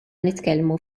nitkellmu